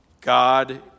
God